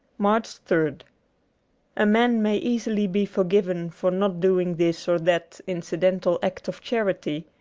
march third a man may easily be forgiven for not doing this or that incidental act of charity,